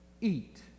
eat